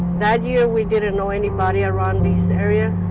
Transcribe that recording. that year, we didn't know anybody around this area.